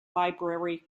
library